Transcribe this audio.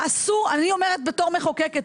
אני אומרת בתור מחוקקת,